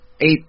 eight